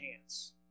chance